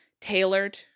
tailored